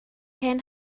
hen